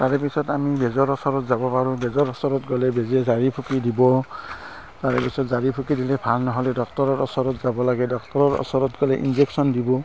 তাৰ পিছত আমি বেজৰ ওচৰত যাব পাৰোঁ বেজৰ ওচৰত গ'লে বেজে জাৰি ফুকি দিব তাৰ পিছত জাৰি ফুকি দিলে ভাল নহ'লে ডক্তৰৰ ওচৰত যাব লাগে ডক্তৰৰ ওচৰত গ'লে ইনজেকশ্যন দিব